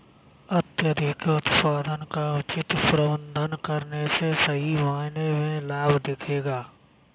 अत्यधिक उत्पादन का उचित प्रबंधन करने से सही मायने में लाभ दिखेगा